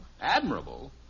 Admirable